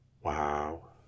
wow